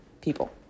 people